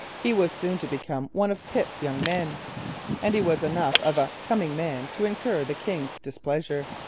he was soon to become one of pitt's young men and he was enough of a coming man to incur the king's displeasure.